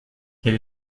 quel